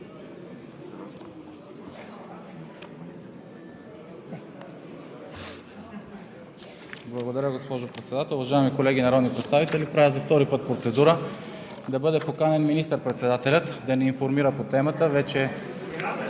Благодаря, госпожо Председател. Уважаеми колеги народни представители! За втори път правя процедура да бъде поканен министър-председателят да ни информира по темата.